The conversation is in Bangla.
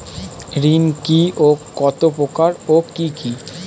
ঋণ কি ও কত প্রকার ও কি কি?